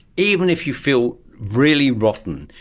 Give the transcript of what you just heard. even if you feel really rotten,